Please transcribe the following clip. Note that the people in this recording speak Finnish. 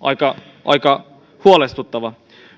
aika aika huolestuttava